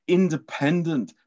independent